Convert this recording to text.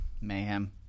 Mayhem